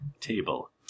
table